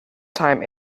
time